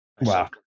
Wow